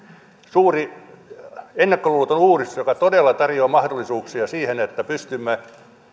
suuri ennakkoluuloton uudistus joka todella tarjoaa mahdollisuuksia siihen että pystymme